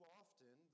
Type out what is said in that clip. often